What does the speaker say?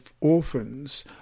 orphans